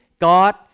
God